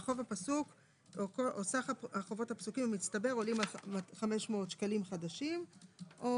והחוב הפסוק או סך החובות הפסוקים המצטבר עולים 500 שקלים חדשים או